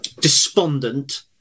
despondent